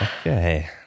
Okay